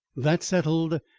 that settled,